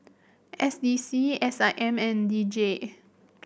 S D C S I M and D J